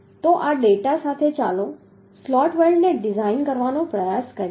તો આ ડેટા સાથે ચાલો સ્લોટ વેલ્ડને ડિઝાઇન કરવાનો પ્રયાસ કરીએ